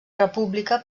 república